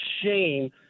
shame